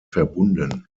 verbunden